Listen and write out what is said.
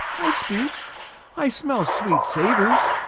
i speak i smell sweet savours,